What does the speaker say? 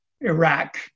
Iraq